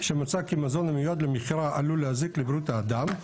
שמצא כי מזון המיועד למכירה עלול להזיק לבריאות האדם.